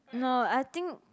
no I think